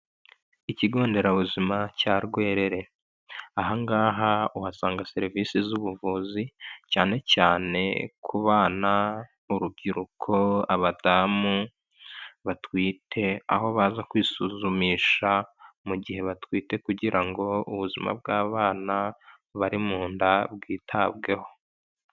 Ikigonderabuzima cya Rwerere, aha ngaha uhasanga serivisi z'ubuvuzi cyane cyane ku bana, urubyiruko, abadamu batwite, aho baza kwisuzumisha mu gihe batwite kugira ngo ubuzima bw'abana bari mu nda bwitabweho.